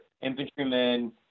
infantrymen